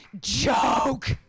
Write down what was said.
joke